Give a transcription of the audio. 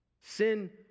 Sin